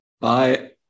Bye